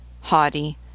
haughty